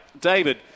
David